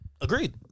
Agreed